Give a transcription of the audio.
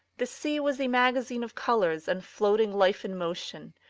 the sea was a magazine of colours and floating life in motion,